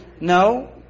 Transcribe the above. No